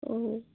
অঁ